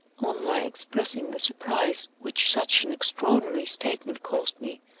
on my expressing the surprise which such an extraordinary statement caused me,